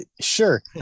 Sure